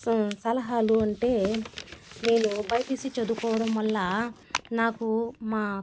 so సలహాలు అంటే నేను బైపిసి చదువుకోవడం వల్ల నాకు మా